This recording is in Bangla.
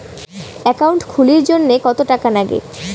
একাউন্ট খুলির জন্যে কত টাকা নাগে?